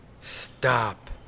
Stop